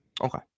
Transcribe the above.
Okay